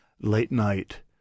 late-night